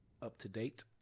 up-to-date